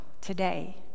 today